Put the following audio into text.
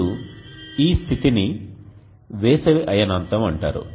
ఇప్పుడు ఈ స్థితిని వేసవి అయనాంతం అంటారు